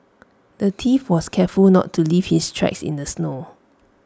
the thief was careful not leave his tracks in the snow